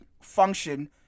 function